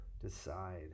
decide